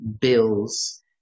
bills